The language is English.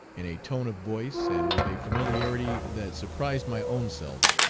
in a tone of voice, and with a familiarity that surprised my own self,